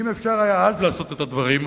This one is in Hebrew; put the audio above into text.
ואם אפשר היה אז לעשות את הדברים,